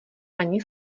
ani